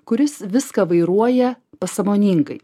kuris viską vairuoja pasąmoningai